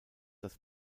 das